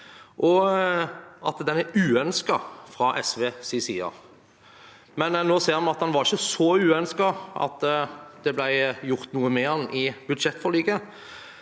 og at den er uønsket fra SVs side. Nå ser vi at den ikke var så uønsket at det ble gjort noe med den i budsjettforliket.